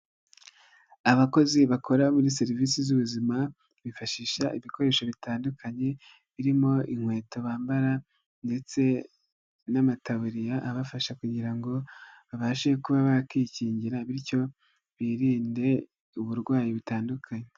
Abakozi bakora muri serivisi z'ubuzima, bifashisha ibikoresho bitandukanye, birimo inkweto bambara ndetse n'amataburiya abafasha kugira ngo babashe kuba bakwikingira, bityo birinde uburwayi butandukanye.